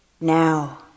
Now